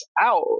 out